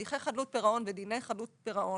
הליכי חדלות פירעון ודיני חדלות פירעון,